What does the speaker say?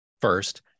first